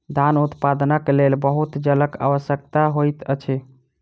धान उत्पादनक लेल बहुत जलक आवश्यकता होइत अछि